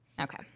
Okay